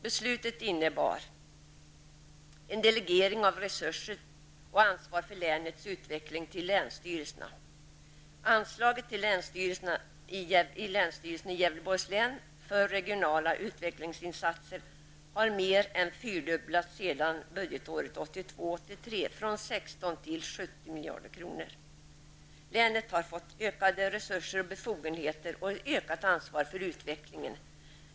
Beslutet innebar en delegering av resurser och ansvar för länens utveckling till länsstyrelserna. Anslaget till länsstyrelse i Gävleborgs län för regionala utvecklingsinsatser har mer än fyrdubblats sedan budgetåret 1982/83, från 16 till 70 milj.kr. Länet har fått ökad resurser och befogenheter samt utökat ansvar för utvecklingen.